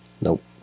Nope